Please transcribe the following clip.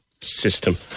system